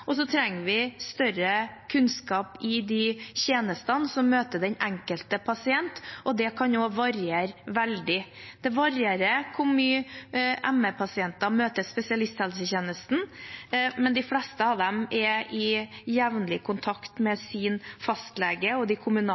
Så trenger vi større kunnskap i de tjenestene som møter den enkelte pasient, og det kan også variere veldig. Det varierer hvor mye ME-pasienter møter spesialisthelsetjenesten, men de fleste av dem er i jevnlig kontakt med sin fastlege og de